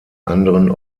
anderen